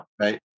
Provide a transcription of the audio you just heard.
Right